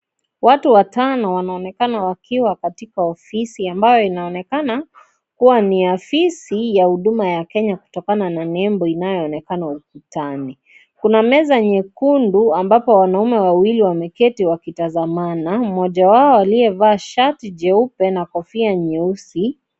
Watu watano wanaonekana wakiwa katika ofisi ambayo inaonekana kuwa ni offisi ya Huduma ya Kenya kutokana na nembo inayoonekana ukutani. Kuna meza nyekundu ambapo wanaume wawili wameketi wakitazamana, mmoja wao aliyevaa shati jeupe na kofia nyeusi.